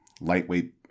lightweight